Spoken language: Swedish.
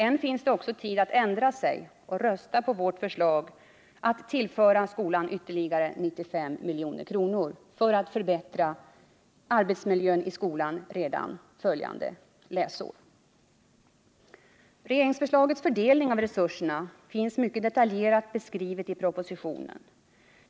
Än finns det också tid att ändra sig och rösta på vårt förslag om att tillföra ytterligare 95 milj.kr. föratt förbättra arbetsmiljön i skolan redan kommande läsår. Regeringsförslagets fördelning av resurserna finns mycket detaljerat beskriven i propositionen.